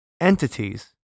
entities